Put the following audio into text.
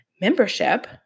membership